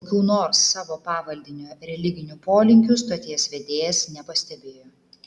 kokių nors savo pavaldinio religinių polinkių stoties vedėjas nepastebėjo